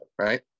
right